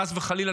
חס וחלילה,